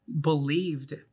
believed